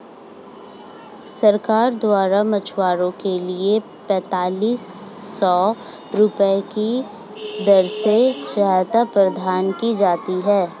सरकार द्वारा मछुआरों के लिए पेंतालिस सौ रुपये की दर से सहायता प्रदान की जाती है